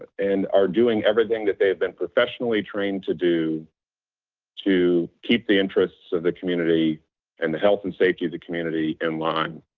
and are doing everything that they've been professionally trained to do to keep the interests of the community and the health and safety of the community in line.